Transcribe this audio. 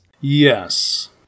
Yes